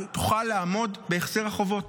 האם היא תוכל לעמוד בהחזר החובות?